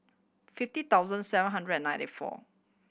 fifty thousand seven hundred and ninety four